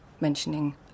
mentioning